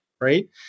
right